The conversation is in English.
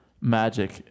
magic